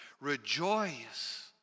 Rejoice